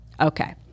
Okay